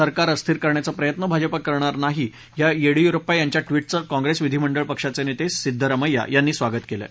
सरकारला अस्थिर करण्याचा प्रयत्न भाजपा करणार नाही या येडीयुरप्पा यांच्या ट्विटचं काँप्रेस विधीमंडळ पक्षाचे नेते सिद्धरमैया यांनी स्वागत केलं आहे